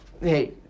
hey